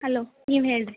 hello ನೀವು ಹೇಳಿರಿ